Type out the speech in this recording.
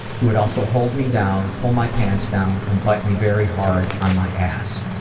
he would also hold me down, pull my pants down, and bite me very hard on my ass.